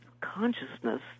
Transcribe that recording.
consciousness